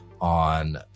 on